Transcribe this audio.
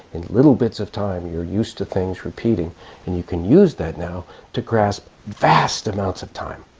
in little bits of time you're used to things repeating and you can use that now to grasp vast amounts of time.